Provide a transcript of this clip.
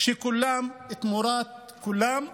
של כולם תמורת כולם.